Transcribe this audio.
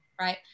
Right